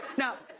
now,